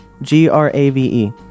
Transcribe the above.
g-r-a-v-e